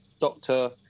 doctor